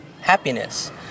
happiness